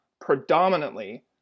predominantly